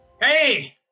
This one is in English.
Hey